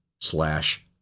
slash